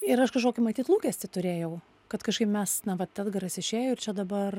ir aš kažkokį matyt lūkestį turėjau kad kažkaip mes na vat edgaras išėjo ir čia dabar